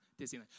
Disneyland